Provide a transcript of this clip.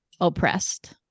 oppressed